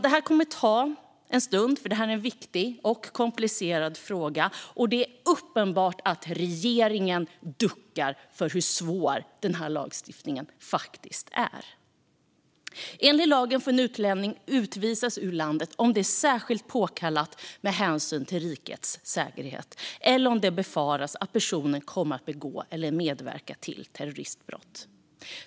Det här kommer att ta en stund, för detta är en viktig och komplicerad fråga - och det är uppenbart att regeringen duckar för hur svår den här lagstiftningen faktiskt är. Enligt lagen får en utlänning utvisas ur landet om det är särskilt påkallat med hänsyn till rikets säkerhet eller om det befaras att personen kommer att begå eller medverka till terroristbrott.